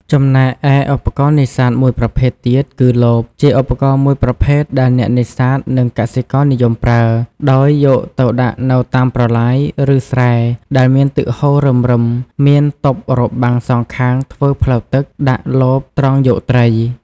ចំណែកឯឧបករណ៍នេសាទមួយប្រភេទៀតគឺ លប ជាឧបករណ៍មួយប្រភេទ ដែលអ្នកនេសាទ និងកសិករនិយមប្រើ ដោយយកទៅដាក់នៅតាមប្រឡាយ ឬស្រែដែលមានទឹកហូររឹមៗ មានទប់របាំងសងខាងធ្វើផ្លូវទឹក ដាក់លបត្រងយកត្រី។